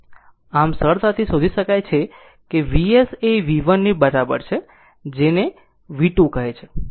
આમ સરળતાથી શોધી શકાય છે કે Vs એ V1 ની બરાબર છે જેને V2 કહે છે